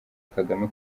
kagame